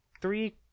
Three